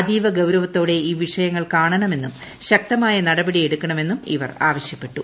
അതീവ ഗൌരവത്തോടെ ഈ വിഷയങ്ങൾ കാണണമെന്നും ശക്തമായ നടപടിയെടുക്കണമെന്നും ഇവർ ആവശ്യപ്പെട്ടു